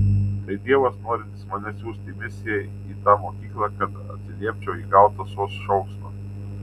tai dievas norintis mane siųsti į misiją į tą mokyklą kad atsiliepčiau į gautą sos šauksmą